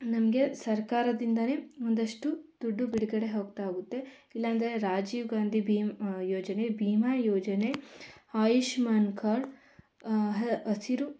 ನಮಗೆ ಸರ್ಕಾರದಿಂದಲೇ ಒಂದಷ್ಟು ದುಡ್ಡು ಬಿಡುಗಡೆ ಹೋಗ್ತಾ ಹೋಗುತ್ತೆ ಇಲ್ಲ ಅಂದ್ರೆ ರಾಜೀವ್ ಗಾಂಧಿ ಭೀಮ್ ಯೋಜನೆ ಭೀಮಾ ಯೋಜನೆ ಆಯುಷ್ಮಾನ್ ಕಾರ್ಡ್ ಹಸಿರು